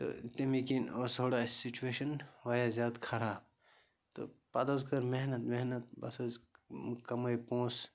تہٕ تَمی کِنۍ اوس تھوڑا اَسہِ سِچویشَن واریاہ زیادٕ خراب تہٕ پَتہٕ حظ کٔر محنت وحنت بَس حظ کَمٲے پونٛسہٕ